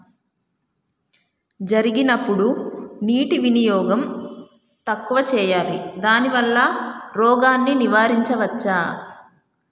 జరిగినప్పుడు నీటి వినియోగం తక్కువ చేయాలి దానివల్ల రోగాన్ని నివారించవచ్చా?